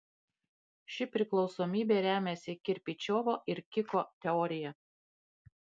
ši priklausomybė remiasi kirpičiovo ir kiko teorija